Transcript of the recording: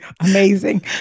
amazing